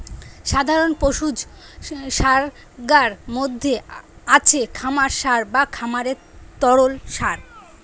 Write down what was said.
সাধারণ পশুজ সারগার মধ্যে আছে খামার সার বা খামারের তরল সার